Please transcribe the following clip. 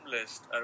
list